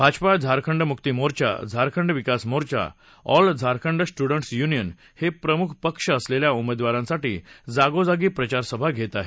भाजपा झारखंड मुक्तीमोर्चा झारखंड विकास मोर्चा आणि all Jharkhand students union हे प्रमुख पक्ष आपापल्या उमेदवारांसाठी जागोजागी प्रचारसभा घेत आहेत